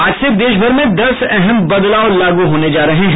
आज से देशभर में दस अहम बदलाव लागू होने जा रहे हैं